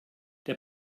der